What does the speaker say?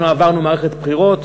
אנחנו עברנו מערכת בחירות.